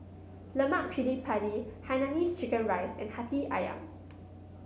Lemak Cili Padi Hainanese Chicken Rice and Hati ayam